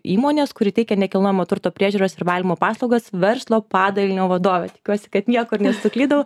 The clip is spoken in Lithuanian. įmonės kuri teikia nekilnojamo turto priežiūros ir valymo paslaugas verslo padalinio vadove tikiuosi kad niekur nesuklydau